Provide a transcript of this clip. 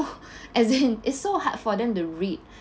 as in it's so hard for them to read